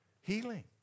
Healing